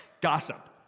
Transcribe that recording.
gossip